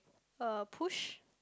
uh push